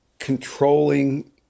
controlling